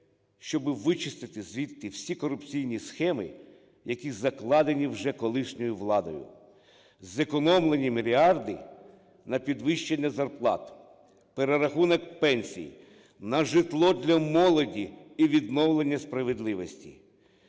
щоби вичистити звідти всі корупційні схеми, які закладені вже колишньою владою. Зекономлені мільярди – на підвищення зарплат, перерахунок пенсій, на житло для молоді і відновлення справедливості.